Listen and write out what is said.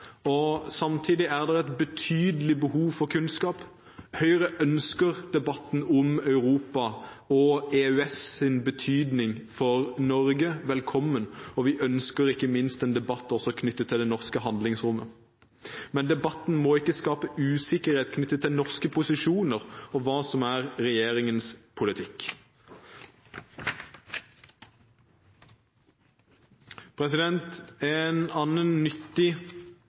og samtidig er det et betydelig behov for kunnskap. Høyre ønsker debatten om Europa og EØS’ betydning for Norge velkommen. Vi ønsker ikke minst en debatt knyttet til det norske handlingsrommet. Men debatten må ikke skape usikkerhet om norske posisjoner og hva som er regjeringens politikk. En annen nyttig